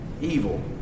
evil